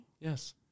Yes